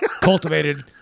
cultivated